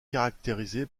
caractérisé